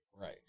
Right